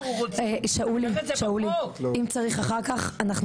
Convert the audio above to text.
שאולי אם צריך אחר כך,